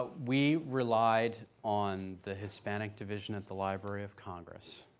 we relied on the hispanic division at the library of congress,